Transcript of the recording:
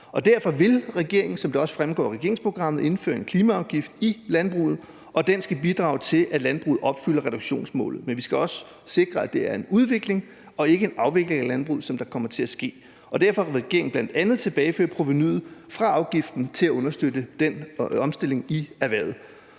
Derfor vil regeringen, som det også fremgår af regeringsprogrammet, indføre en klimaafgift i landbruget, og den skal bidrage til, at landbruget opfylder reduktionsmålet. Men vi skal også sikre, at det er en udvikling og ikke en afvikling af landbruget, som der kommer til at ske. Derfor vil regeringen bl.a. tilbageføre provenuet fra afgiften til at understøtte den omstilling i erhvervet.